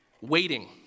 waiting